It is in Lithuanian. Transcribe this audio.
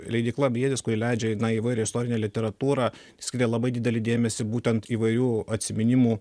leidykla briedis kuri leidžia na įvairią istorinę literatūrą skiria labai didelį dėmesį būtent įvairių atsiminimų